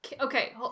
Okay